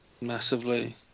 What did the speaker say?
Massively